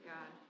God